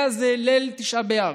היה זה ליל תשעה באב.